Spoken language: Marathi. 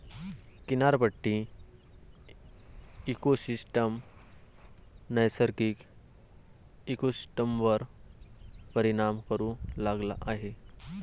किनारपट्टी इकोसिस्टम नैसर्गिक इकोसिस्टमवर परिणाम करू लागला आहे